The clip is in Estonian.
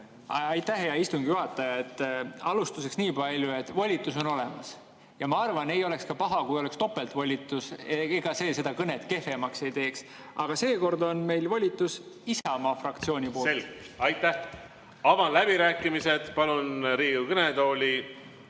Aitäh, hea istungi juhataja! Alustuseks nii palju, et volitus on olemas. Ja ma arvan, et ei oleks ka paha, kui oleks topeltvolitus. Ega see seda kõnet kehvemaks ei teeks. Aga seekord on mul volitus Isamaa fraktsiooni poolt. Selge. Aitäh! Avan läbirääkimised ja palun Riigikogu kõnetooli